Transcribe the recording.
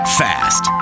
fast